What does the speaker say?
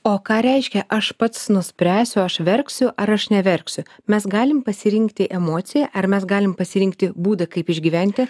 o ką reiškia aš pats nuspręsiu aš verksiu ar aš neverksiu mes galim pasirinkti emociją ar mes galim pasirinkti būdą kaip išgyventi